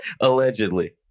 allegedly